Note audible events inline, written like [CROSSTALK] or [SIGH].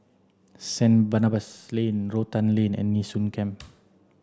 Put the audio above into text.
Saint Barnabas Lane Rotan Lane and Nee Soon Camp [NOISE]